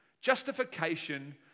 Justification